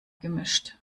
gemischt